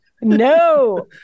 no